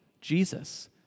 Jesus